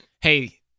Hey